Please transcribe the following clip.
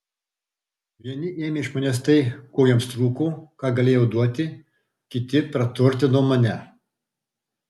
vieni ėmė iš manęs tai ko jiems trūko ką galėjau duoti kiti praturtino mane